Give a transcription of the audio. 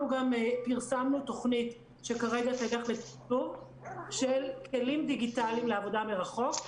אנחנו גם פרסמנו תוכנית של כלים דיגיטליים לעבודה מרחוק.